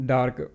Dark